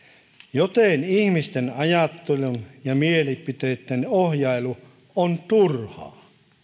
joten ihmisten ajattelun ja mielipiteitten ohjailu on turhaa